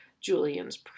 Julian's